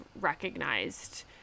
recognized